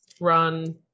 run